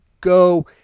Go